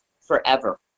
forever